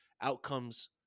outcomes